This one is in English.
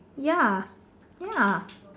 ya ya